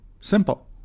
Simple